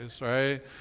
right